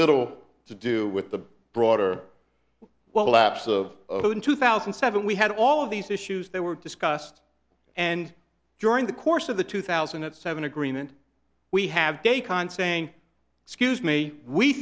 little to do with the broader well laps of two thousand and seven we had all of these issues that were discussed and during the course of the two thousand and seven agreement we have descant saying excuse me we